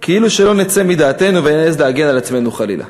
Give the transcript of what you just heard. כאילו, שלא נצא מדעתנו ונעז להגן על עצמנו, חלילה.